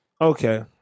Okay